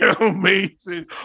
Amazing